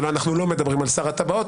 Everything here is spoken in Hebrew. אנחנו לא מדברים על שר הטבעות,